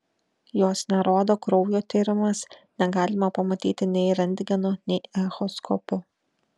jos nerodo kraujo tyrimas negalima pamatyti nei rentgenu nei echoskopu